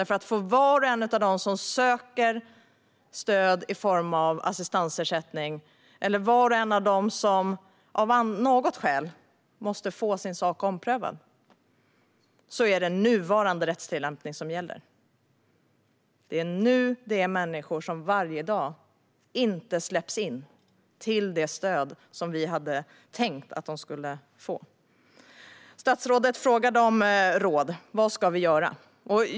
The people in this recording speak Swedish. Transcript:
För var och en av dem som söker stöd i form av assistansersättning och för var och en av dem som av något skäl måste få sin sak omprövad är det nuvarande rättstillämpning som gäller. Det är nu det finns människor som varje dag hindras från att släppas in till det stöd som vi hade tänkt att de skulle få. Statsrådet frågade om råd: Vad ska vi göra?